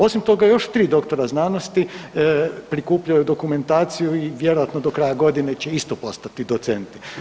Osim toga još 3 doktora znanosti prikupljaju dokumentaciju i vjerojatno do kraja godine će isto postati docenti.